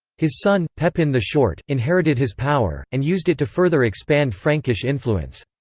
his son, pepin the short, inherited his power, and used it to further expand frankish influence.